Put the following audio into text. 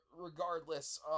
Regardless